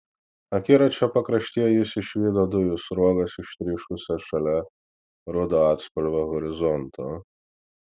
akiračio pakraštyje jis išvydo dujų sruogas ištryškusias šalia rudo atspalvio horizonto